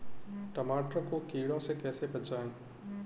टमाटर को कीड़ों से कैसे बचाएँ?